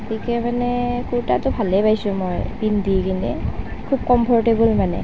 গতিকে মানে কুৰ্টাটো ভালেই পাইছোঁ মই পিন্ধি কেনে খুব কমফৰটেৱল মানে